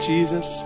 Jesus